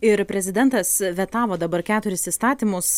ir prezidentas vetavo dabar keturis įstatymus